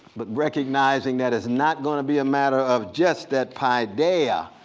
but recognizing that it's not going to be a matter of just that paideia,